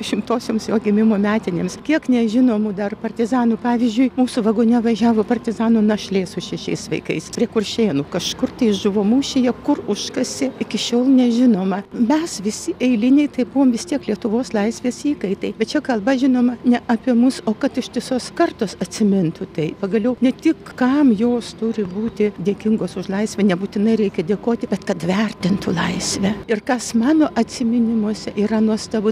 šimtosioms jo gimimo metinėms kiek nežinomų dar partizanų pavyzdžiui mūsų vagone važiavo partizano našlė su šešiais vaikais prie kuršėnų kažkur tai žuvo mūšyje kur užkasė iki šiol nežinoma mes visi eiliniai tai buvom vis tiek lietuvos laisvės įkaitai bet čia kalba žinoma ne apie mus o kad ištisos kartos atsimintų tai pagaliau ne tik kam jos turi būti dėkingos už laisvę nebūtinai reikia dėkoti bet kad vertintų laisvę ir kas mano atsiminimuose yra nuostabu